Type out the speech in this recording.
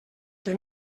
que